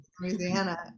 Louisiana